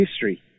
history